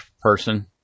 person